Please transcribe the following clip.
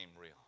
real